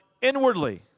inwardly